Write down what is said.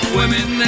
women